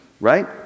Right